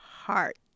heart